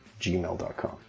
gmail.com